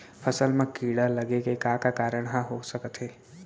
फसल म कीड़ा लगे के का का कारण ह हो सकथे?